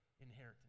inheritance